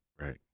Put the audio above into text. right